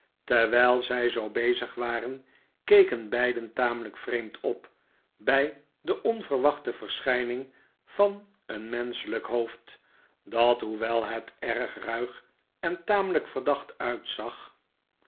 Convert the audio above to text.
terwijl zij zoo bezig waren keken beiden tamelijk vreemd op bij de onverwachte verschijning van een menschelijk hoofd dat hoewel het er erg ruig en tamelijk verdacht uitzag